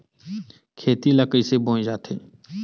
खेती ला कइसे बोय जाथे?